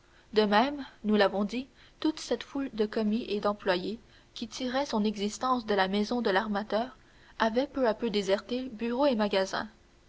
de même nous l'avons dit toute cette foule de commis et d'employés qui tirait son existence de la maison de l'armateur avait peu à peu déserté bureau et magasin